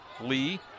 Lee